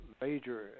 major